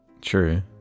True